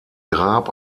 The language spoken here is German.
grab